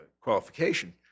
qualification